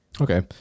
Okay